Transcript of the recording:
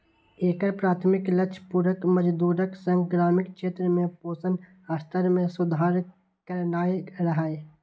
एकर प्राथमिक लक्ष्य पूरक मजदूरीक संग ग्रामीण क्षेत्र में पोषण स्तर मे सुधार करनाय रहै